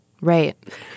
right